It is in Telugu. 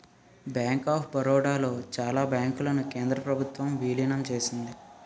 బ్యాంక్ ఆఫ్ బరోడా లో చాలా బ్యాంకులను కేంద్ర ప్రభుత్వం విలీనం చేసింది